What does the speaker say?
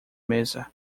mesa